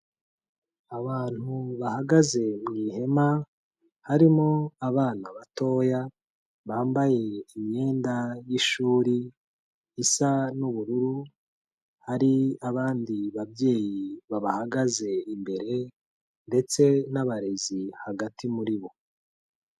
Abantu bahagaze mu ihema, harimo abana batoya, bambaye imyenda y'ishuri, isa n'ubururu, hari abandi babyeyi bahagaze imbere ndetse n'abarezi hagati muri bo.